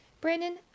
Brandon